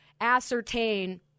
ascertain